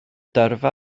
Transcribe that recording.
dyrfa